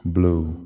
blue